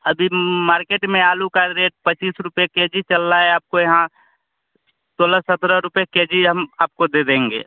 अभी मार्केट में आलू का रेट पच्चीस रुपये के जी चल रहा है आपको यहाँ सोलह सत्रह रुपये के जी हम आपको दे देंगे